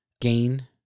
gain